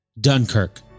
Dunkirk